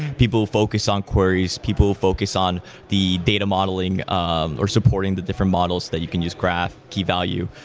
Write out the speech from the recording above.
people focus on queries. people focus on the data modeling um or supporting the different models that you can just graph, key-value,